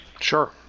Sure